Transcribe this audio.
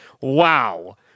Wow